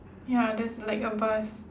ya there's like a bus